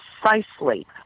precisely